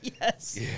Yes